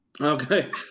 Okay